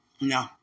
No